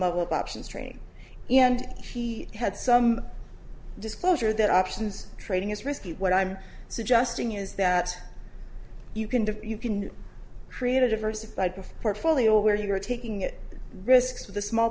level of options trading and he had some disclosure that options trading is risky what i'm suggesting is that you can do you can create a diversified portfolio where you're taking it risks with a small